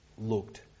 looked